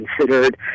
considered